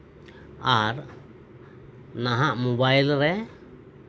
ᱟᱨ ᱱᱟᱦᱟᱜ ᱢᱳᱵᱟᱭᱤᱞ ᱨᱮ